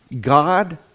God